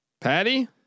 Patty